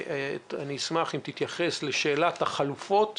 אני אשמח אם תתייחס לשאלת החלופות